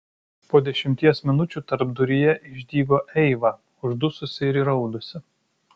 po dešimties minučių tarpduryje išdygo eiva uždususi ir įraudusi